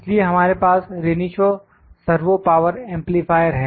इसलिए हमारे पास रेनिशा सर्वो पावर एंपलीफायर है